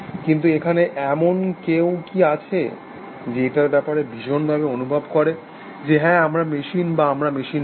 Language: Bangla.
কিন্তু এখানে এমন কেউ কি আছে যে এটার ব্যাপারে ভীষণভাবে অনুভব করে যে হ্যাঁ আমরা মেশিন বা আমরা মেশিন নই